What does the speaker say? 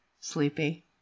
sleepy